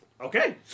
Okay